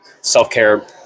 self-care